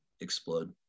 explode